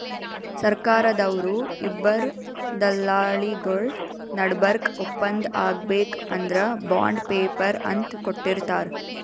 ಸರ್ಕಾರ್ದವ್ರು ಇಬ್ಬರ್ ದಲ್ಲಾಳಿಗೊಳ್ ನಡಬರ್ಕ್ ಒಪ್ಪಂದ್ ಆಗ್ಬೇಕ್ ಅಂದ್ರ ಬಾಂಡ್ ಪೇಪರ್ ಅಂತ್ ಕೊಟ್ಟಿರ್ತಾರ್